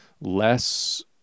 less